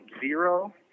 zero